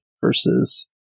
versus